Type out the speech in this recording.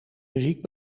muziek